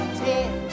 ten